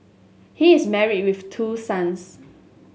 he is married with two sons